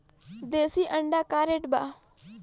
देशी अंडा का रेट बा?